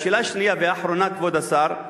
והשאלה השנייה והאחרונה, כבוד השר: